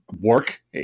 work